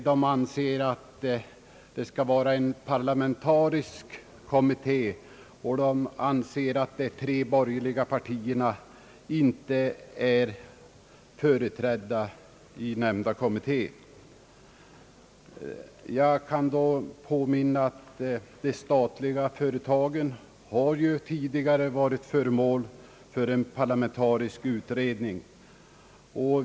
De anser att det skall vara en parlamentarisk kommitté och att de tre borgerliga partierna inte är företrädda i nämnda kommitté. Jag kan då påminna om att de statliga företagen tidigare har varit föremål för en parlamentarisk utredning.